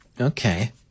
okay